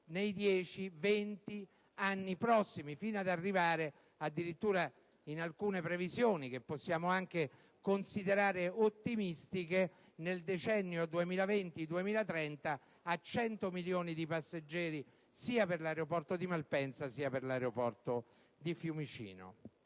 nei 10-20 anni prossimi, fino ad arrivare addirittura, in alcune previsioni che possiamo anche considerare ottimistiche, nel decennio 2020-2030 a 100 milioni di passeggeri sia per l'aeroporto di Malpensa, sia per quello di Fiumicino.